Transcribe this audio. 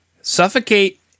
suffocate